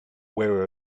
where